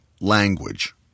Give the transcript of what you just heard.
language